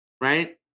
right